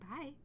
Bye